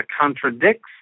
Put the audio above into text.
contradicts